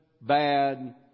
bad